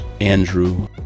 Andrew